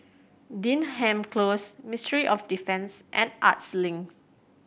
Denham Close Ministry of Defence and Arts Link